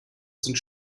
sind